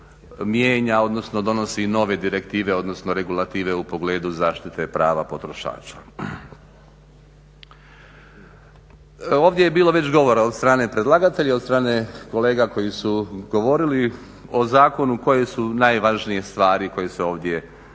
odnosno donosi i nove direktive, odnosno regulative u pogledu zaštite prava potrošača. Ovdje je bilo već govora od strane predlagatelja, od strane kolega koji su govorili o zakonu koje su najvažnije stvari koje se ovdje reguliraju,